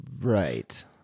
Right